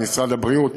משרד הבריאות,